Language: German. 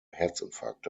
herzinfarkte